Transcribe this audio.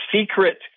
secret